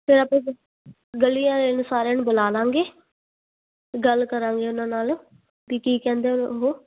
ਤਾਂ ਆਪਾਂ ਗਲੀ ਵਾਲਿਆਂ ਨੂੰ ਸਾਰਿਆਂ ਨੂੰ ਬੁਲਾ ਲਵਾਂਗੇ ਗੱਲ ਕਰਾਂਗੇ ਉਹਨਾਂ ਨਾਲ ਵੀ ਕੀ ਕਹਿੰਦੇ ਉਹ